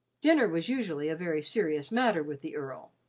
dinner was usually a very serious matter with the earl,